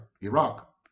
Iraq